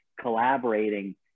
collaborating